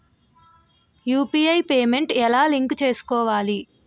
UPI payment ఎలా link చేసుకోవాలి?